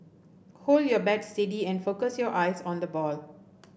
hold your bat steady and focus your eyes on the ball